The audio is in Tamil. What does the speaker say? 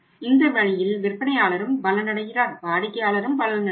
இந்த வழியில் விற்பனையாளரும் பலனடைகிறார் வாடிக்கையாளரும் பலனடைகிறார்